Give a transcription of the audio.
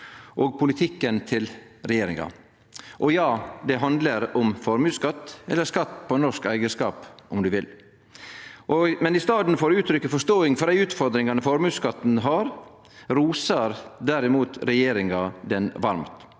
og politikken til regjeringa. Ja, det handlar om formuesskatt – eller skatt på norsk eigarskap, om ein vil. I staden for å uttrykkje forståing for dei utfordringane formuesskatten gjev, rosar derimot regjeringa han varmt.